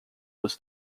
was